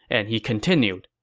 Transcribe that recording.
and he continued,